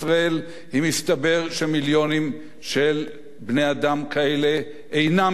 שמיליונים של בני-אדם כאלה אינם יכולים להצביע לכנסת.